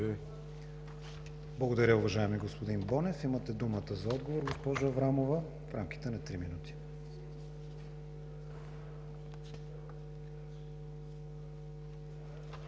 Благодаря, уважаеми господин Иванов. Имате думата за отговор, госпожо Аврамова, в рамките на три минути.